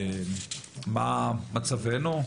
מה מצבנו?